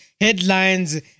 headlines